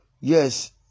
Yes